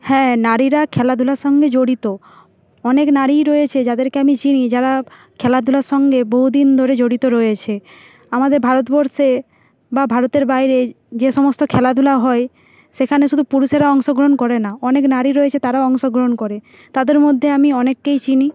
হ্যাঁ নারীরা খেলাধূলার সঙ্গে জড়িত অনেক নারীই রয়েছে যাদেরকে আমি চিনি যারা খেলাধূলার সঙ্গে বহুদিন ধরে জড়িত রয়েছে আমাদের ভারতবর্ষে বা ভারতের বাইরে যে সমস্ত খেলাধূলা হয় সেখানে শুধু পুরুষেরা অংশগ্রহণ করে না অনেক নারী রয়েছে তারাও অংশগ্রহণ করে তাদের মধ্যে আমি অনেককেই চিনি